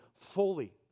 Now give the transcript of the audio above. fully